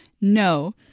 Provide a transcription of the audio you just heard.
No